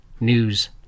news